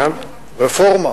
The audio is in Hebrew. רפורמה.